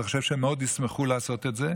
אני חושב שהם מאוד ישמחו לעשות את זה,